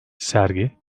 sergi